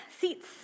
seats